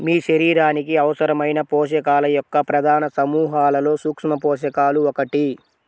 మీ శరీరానికి అవసరమైన పోషకాల యొక్క ప్రధాన సమూహాలలో సూక్ష్మపోషకాలు ఒకటి